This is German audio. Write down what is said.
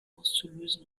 auszulösen